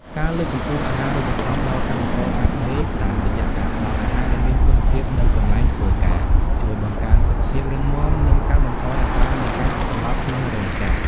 ការលើកកម្ពស់អាហារូបត្ថម្ភដល់កម្មករកាត់ដេរ តាមរយៈការផ្ដល់អាហារដែលមានគុណភាពនៅកន្លែងធ្វើការ ជួយបង្កើនសុខភាពរឹងមាំ និងកាត់បន្ថយអត្រានៃការសន្លប់ក្នុងរោងចក្រ។